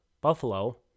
Buffalo